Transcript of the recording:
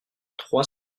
trois